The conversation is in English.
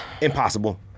Impossible